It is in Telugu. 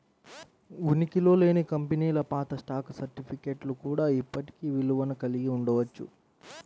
ఉనికిలో లేని కంపెనీల పాత స్టాక్ సర్టిఫికేట్లు కూడా ఇప్పటికీ విలువను కలిగి ఉండవచ్చు